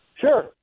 Sure